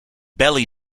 belly